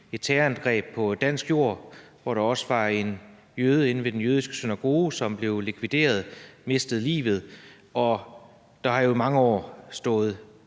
et terrorangreb på dansk jord, hvor der også var en jøde inde ved den jødiske synagoge, som blev likvideret, mistede livet, og der har i mange år stået